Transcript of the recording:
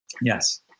Yes